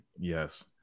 Yes